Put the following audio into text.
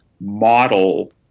model